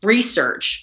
research